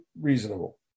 reasonable